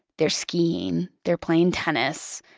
they're skiing, they're playing tennis.